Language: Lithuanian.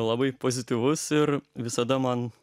labai pozityvus ir visada man